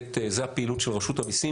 זו הפעילות של רשות המיסים,